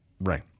Right